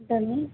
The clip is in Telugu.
ఉంటాను